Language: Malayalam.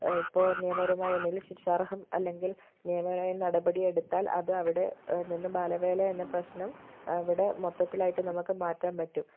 ഇപ്പോൾ നിയമപരമായി എന്തെങ്കിലും ശിക്ഷാർഹം അല്ലെങ്കിൽ നിയമപരമായ നടപടി എടുത്താൽ അത് അവിടെ നിന്നും ബാലവേല എന്ന പ്രശ്നം അവിടെ മൊത്തത്തിലായിട്ട് നമുക്ക് മാറ്റാൻ പറ്റും